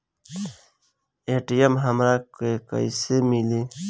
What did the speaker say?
ATM हमरा के कइसे मिली?